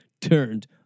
turned